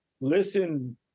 listen